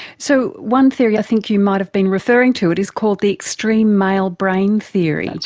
so one theory i think you might have been referring to, it is called the extreme male brain theory.